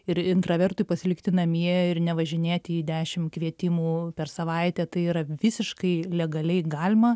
ir intravertui pasilikti namie ir nevažinėti į dešim kvietimų per savaitę tai yra visiškai legaliai galima